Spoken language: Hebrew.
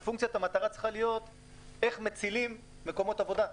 ופונקציית המטרה צריכה להיות איך מצילים מקומות עבודה,